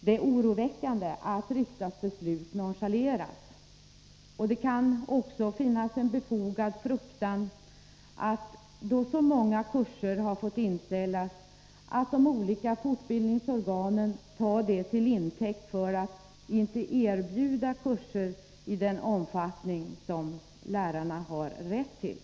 Det är oroväckande att riksdagsbeslut nonchaleras. Då så många kurser fått inställas, kan man känna en befogad fruktan att de olika fortbildningsorganen tar detta till intäkt för att inte erbjuda kurser i den omfattning som lärarna har rätt till.